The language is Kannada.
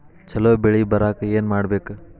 ಛಲೋ ಬೆಳಿ ಬರಾಕ ಏನ್ ಮಾಡ್ಬೇಕ್?